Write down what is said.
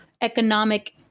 economic